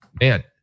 man